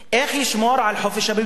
איך ישמור על חופש הביטוי?